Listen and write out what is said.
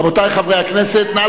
רבותי חברי הכנסת, נא